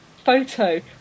photo